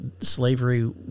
slavery